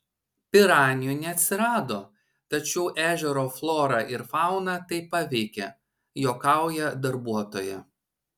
piranijų neatsirado tačiau ežero florą ir fauną tai paveikė juokauja darbuotoja